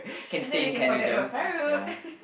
can stay in Canada ya